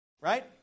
Right